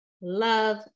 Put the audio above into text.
love